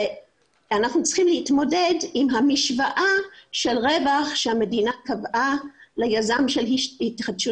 אנחנו צריכים להתמודד עם המשוואה של רווח שהמדינה קבעה ליזם של התחדשות